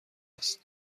است